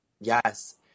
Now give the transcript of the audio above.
Yes